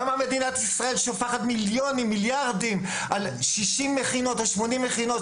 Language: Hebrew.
למה מדינת ישראל שופכת מיליארדים על 60 או 80 מכינות?